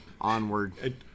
Onward